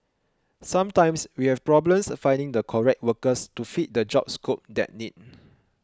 sometimes we have problems finding the correct workers to fit the job scope that need